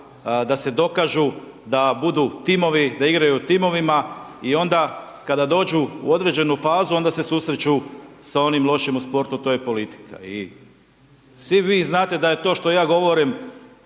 da se dokažu da budu timovi, da igraju u timovima i onda kada dođu u određenu fazu, onda se susreću sa onim lošem u sportu, a to je politika. I svi vi znate da to što ja govorim,